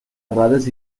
errades